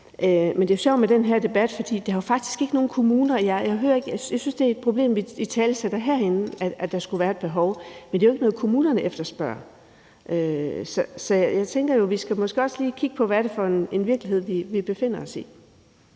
Det er sjovt med den her debat, for jeg hører faktisk ikke noget fra nogen kommuner. Jeg synes, at det, at der skulle være et behov, er et problem, vi italesætter herinde, men det er jo ikke noget, kommunerne efterspørger. Så jeg tænker, at vi måske også lige skal kigge på, hvad det er for en virkelighed, vi befinder os i.